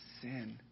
sin